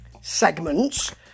segments